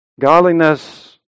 godliness